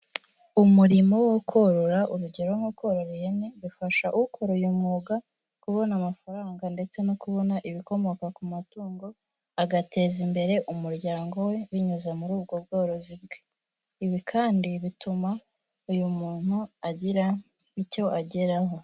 Umurimo wo korora urugero nko korora ihene bifasha ukora uyu mwuga kubona amafaranga ndetse no kubona ibikomoka ku matungo, agateza imbere umuryango we binyuze muri ubwo bworozi bwe, ibi kandi bituma uyu muntu agira icyo ageraho.